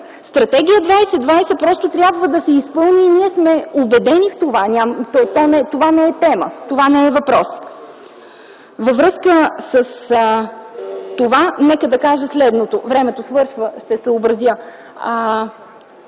Стратегия 2020 трябва да се изпълни и ние сме убедени в това. Това не е тема. Това не е въпрос. Във връзка с това нека да кажа следното: на тази кръгла маса,